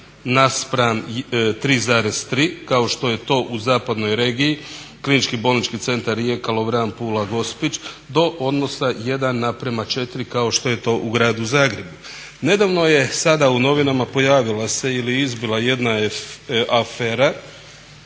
naspram 3,3 kao što je to u zapadnoj regiji Klinički bolnički centar Rijeka, Lovran, Pula, Gospić do odnosa jedan naprama četiri kao što je to u gradu Zagrebu. Nedavno je sada u novinama pojavila se ili izbila jedna afera